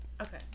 okay